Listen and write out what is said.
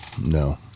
No